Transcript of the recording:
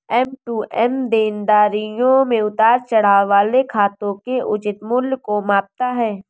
M to M देनदारियों में उतार चढ़ाव वाले खातों के उचित मूल्य को मापता है